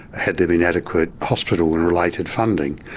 had there been adequate hospital and related funding,